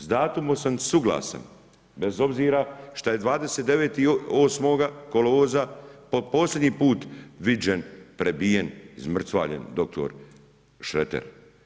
S datumom sam suglasan, bez obzira što je 29. 8. kolovoza, po posljednji put viđen prebijen izmrcvaren dr. Šreter.